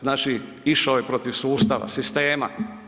Znači, išao je protiv sustava, sistema.